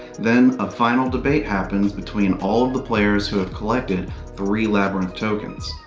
then, a final debate happens between all the players who have collected three labyrinth tokens.